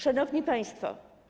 Szanowni Państwo!